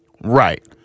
Right